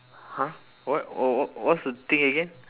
!huh! what w~ w~ what's the thing again